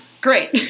Great